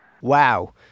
Wow